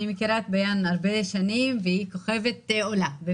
אני מכירה את ביאן ותד שנים רבות והיא כוכבת עולה.